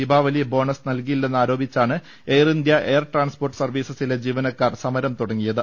Deepavali bonus നൽകിയില്ലെന്നാരോപിച്ചാണ് Air India air transport സർവീസസിലെ ജീവനക്കാർ സമരം തുടങ്ങിയത്